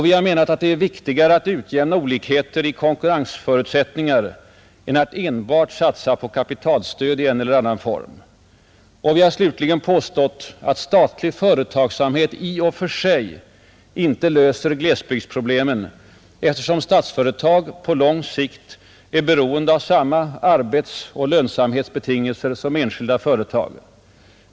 Vi har menat att det är viktigare att utjämna olikheter i konkurrensförutsättningar än att enbart satsa på kapitalstöd i en eller annan form, Och vi har slutligen påstått att statlig företagsamhet i och för sig inte löser glesbygdsproblemen, eftersom statsföretag på lång sikt är beroende av samma arbetsoch lönsamhetsbetingelser som enskilda företag.